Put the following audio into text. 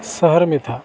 शहर में था